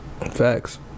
Facts